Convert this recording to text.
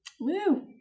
Woo